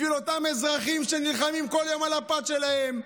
בשביל אותם אזרחים שנלחמים כל יום על הפת שלהם,